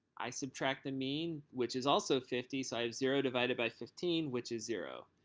i subtract the mean which is also fifty so i have zero divided by fifteen, which is zero.